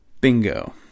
Bingo